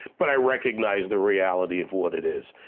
but i recognize the reality of what it is.